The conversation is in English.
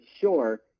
sure